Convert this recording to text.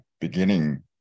beginning